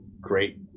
great